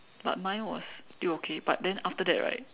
but mine was still okay but then after that right